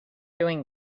doing